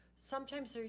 sometimes,